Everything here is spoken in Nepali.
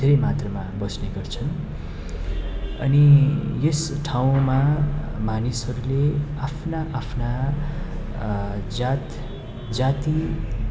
धेरै मात्रामा बस्ने गर्छन् अनि यस ठाउँमा मानिसहरूले आफ्ना आफ्ना जात जाति